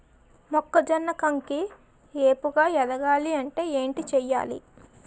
మొక్కజొన్న కంకి ఏపుగ ఎదగాలి అంటే ఏంటి చేయాలి?